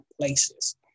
places